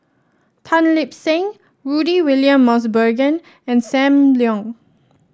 Tan Lip Seng Rudy William Mosbergen and Sam Leong